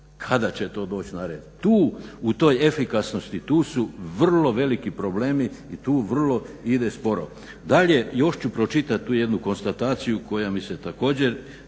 kada će to doći na red. Tu u toj efikasnosti tu su vrlo veliki problemi i tu vrlo ide sporo. Dalje, još ću pročitati tu jednu konstataciju koja mi se također